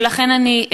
ולכן אני,